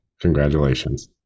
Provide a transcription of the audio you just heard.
Congratulations